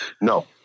No